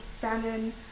famine